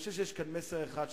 אני חושב שיש כאן מסר אחד,